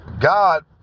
God